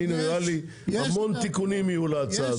יהיו המון תיקונים להצעה הזאת.